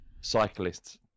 cyclists